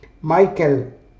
michael